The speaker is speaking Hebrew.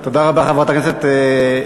תודה רבה, חברת הכנסת רגב.